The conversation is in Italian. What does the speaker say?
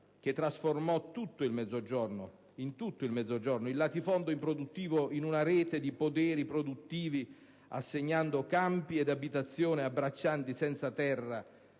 La riforma agraria trasformò in tutto il Mezzogiorno il latifondo improduttivo in una rete di poderi produttivi, assegnando campi ed abitazione a braccianti senza terra,